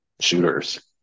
shooters